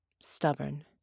Stubborn